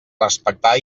respectar